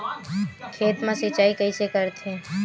खेत मा सिंचाई कइसे करथे?